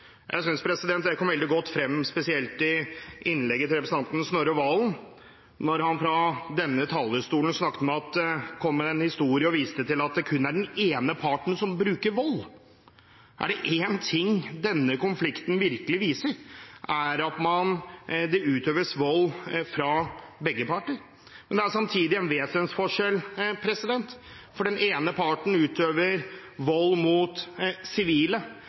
Jeg syns det kom spesielt godt frem i innlegget til representanten Snorre Serigstad Valen, da han fra denne talerstolen kom med en historie og viste til at det kun er den ene parten som bruker vold. Er det én ting denne konflikten virkelig viser, er det at det utøves vold fra begge parter. Men det er samtidig en vesensforskjell, for den ene parten utøver vold mot sivile,